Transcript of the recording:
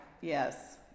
Yes